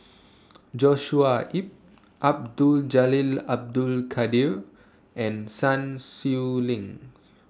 Joshua Ip Abdul Jalil Abdul Kadir and Sun Xueling